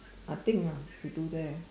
I think ah have to do that